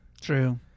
True